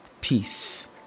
Peace